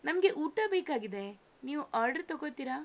ನಮಗೆ ಊಟ ಬೇಕಾಗಿದೆ ನೀವು ಆರ್ಡ್ರ್ ತೊಗೋಳ್ತೀರಾ